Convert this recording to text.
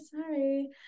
sorry